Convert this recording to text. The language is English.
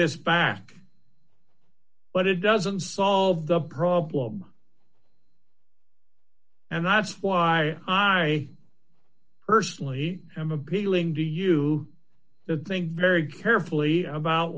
this back but it doesn't solve the problem and that's why i personally am appealing to you to think very carefully about